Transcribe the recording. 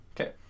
Okay